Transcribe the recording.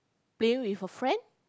playing with a friend